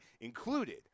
included